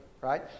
right